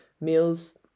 meals